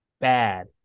Bad